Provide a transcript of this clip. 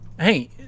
Hey